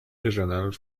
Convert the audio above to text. régionales